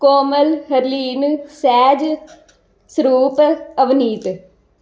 Komal Harleen Sahaj Saroop Avneet